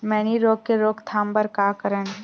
मैनी रोग के रोक थाम बर का करन?